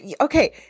okay